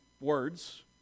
words